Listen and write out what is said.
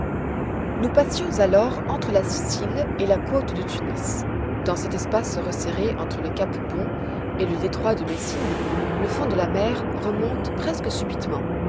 nous passions alors entre la sicile et la côte de tunis dans cet espace resserré entre le cap bon et le détroit de messine le fond de la mer remonte presque subitement